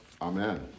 amen